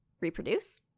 reproduce